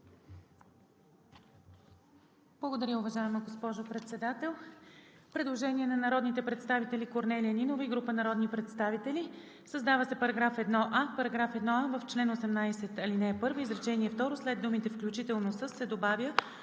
Благодаря, уважаема госпожо Председател. Предложение на народния представител Корнелия Нинова и група народни представители: „Създава се § 1а: „§ 1а. В чл. 18, ал. 1, изречение второ след думите „включително с“ се добавя